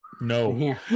No